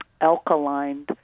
alkaline